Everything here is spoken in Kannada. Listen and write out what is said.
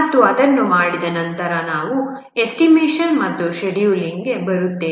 ಮತ್ತು ಅದನ್ನು ಮಾಡಿದ ನಂತರ ನಾವು ಎಸ್ಟಿಮೇಶನ್ ಮತ್ತು ಶೆಡ್ಯೂಲಿಂಗ್ ಗೆ ಬರುತ್ತೇವೆ